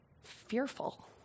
fearful